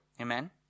Amen